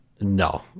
no